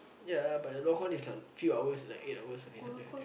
ya but a long one is like few hours like eight hours only something like that